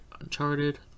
Uncharted